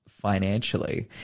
financially